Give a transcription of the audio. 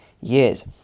years